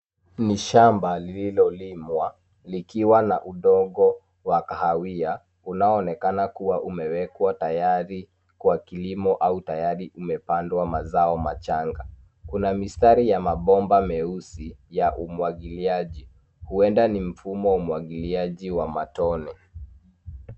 Ni shamba lililolimwa, likiwa na udongo wa kahawia, unaonekana kuwa umewekwa tayari kwa kilimo au tayari umepandwa mazao machanga. Kuna mistari ya mabomba meusi ya umwagiliaji. Huenda ni mfumo wa umwagiliaji wa matone.